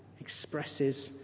expresses